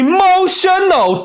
Emotional